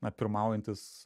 na pirmaujantis